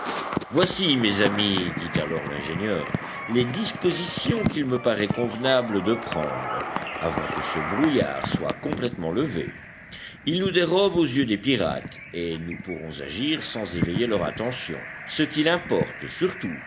voici mes amis dit alors l'ingénieur les dispositions qu'il me paraît convenable de prendre avant que ce brouillard soit complètement levé il nous dérobe aux yeux des pirates et nous pourrons agir sans éveiller leur attention ce qu'il importe surtout